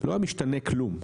לא היה משתנה כלום.